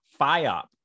FIOP